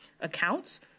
accounts